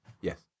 yes